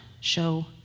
show